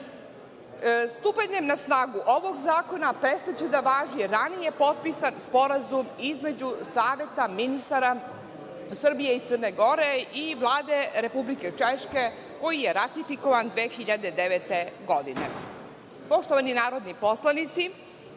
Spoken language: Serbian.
kulture. Stupanjem na snagu ovog zakona prestaće da važi ranije potpisan Sporazum između Saveta ministara Srbije i Crne Gore i Vlade Republike Češke, koji je ratifikovan 2009. godine. Poštovani narodni poslanici,